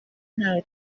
ntawe